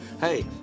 hey